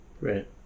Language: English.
right